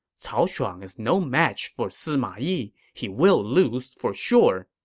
cao shuang is no match for sima yi. he will lose for sure.